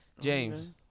James